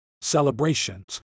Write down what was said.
celebrations